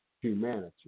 humanity